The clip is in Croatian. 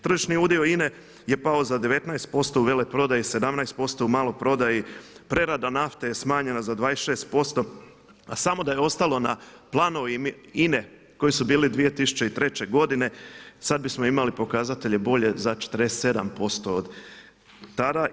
Tržišni udio INA-e je pao za 19% u veleprodaji, 17% u maloprodaji, prerade nafte je smanjena za 26% a samo da je ostalo na planovima INA-e koji su bili 2003. godine sad bismo imali pokazatelje bolje za 47% od tada.